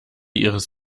ihres